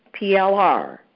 PLR